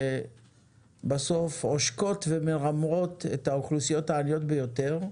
שבסוף עושקות ומרמות את האוכלוסיות העניות ביותר,